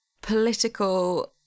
political